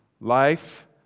Life